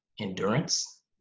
endurance